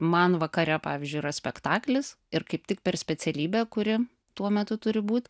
man vakare pavyzdžiui yra spektaklis ir kaip tik per specialybę kuri tuo metu turi būt